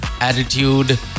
attitude